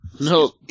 No